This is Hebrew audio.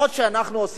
בעצם המעברים,